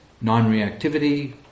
non-reactivity